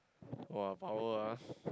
!wah! what power ah